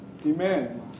demand